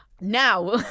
Now